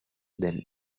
then